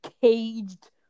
caged